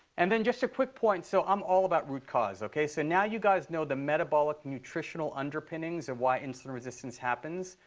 and then just a quick point, so i'm all about root cause, ok? so now you guys know the metabolic nutritional underpinnings of why insulin resistance happens.